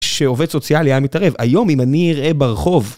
שעובד סוציאלי היה מתערב, היום אם אני אראה ברחוב...